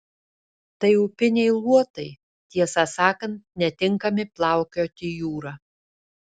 tai upiniai luotai tiesą sakant netinkami plaukioti jūra